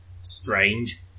Strange